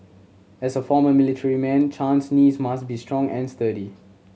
as a former military man Chan's knees must be strong and sturdy